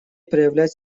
проявлять